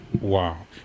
Wow